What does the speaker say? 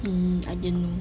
um I didn't know